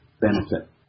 benefit